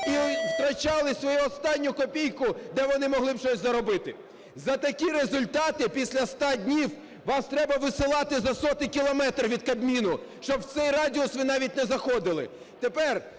і втрачали свою останню копійку, де вони могли б щось заробити. За такі результати після 100 днів вас треба висилати за сотні кілометрів від Кабміну, щоб у цей радіус ви навіть не заходили.